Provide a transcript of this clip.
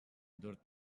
dört